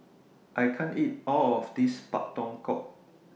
I can't eat All of This Pak Thong Ko